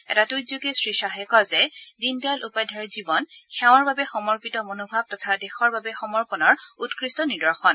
এটা টুইট যোগে শ্ৰীখাহে কয় যে দীনদয়াল উপাধ্যায়ৰ জীৱন সেৱাৰ বাবে সমৰ্পিত মনোভাৱ তথা দেশৰ বাবে সমৰ্পণৰ উৎকৃষ্ট নিৰ্দশন